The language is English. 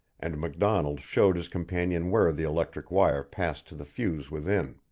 and macdonald showed his companion where the electric wire passed to the fuse within.